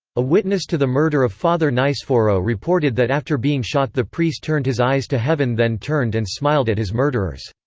a witness to the murder of father niceforo reported that after being shot the priest turned his eyes to heaven then turned and smiled at his murderers.